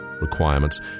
requirements